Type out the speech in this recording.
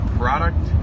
product